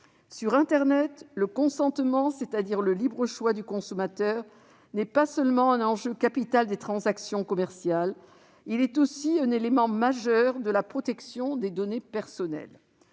Sur internet, le consentement, c'est-à-dire le libre choix du consommateur, n'est pas seulement un enjeu capital des transactions commerciales ; il est aussi un élément majeur de la protection des données personnelles.